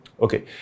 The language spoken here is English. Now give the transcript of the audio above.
Okay